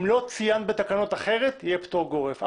אם לא ציינת אחרת בתקנות, יהיה פטור גורף.